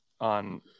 on